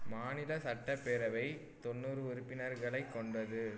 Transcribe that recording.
மாநில சட்டப்பேரவை தொண்ணூறு உறுப்பினர்களைக் கொண்டது